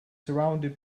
surrounded